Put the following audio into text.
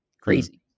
Crazy